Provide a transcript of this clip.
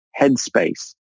headspace